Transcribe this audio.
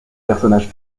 personnages